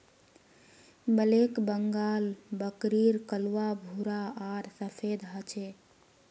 black Bengal बकरीर कलवा भूरा आर सफेद ह छे